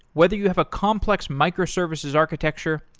whether you have a complex microservices architecture,